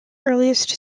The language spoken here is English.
earliest